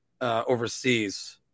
overseas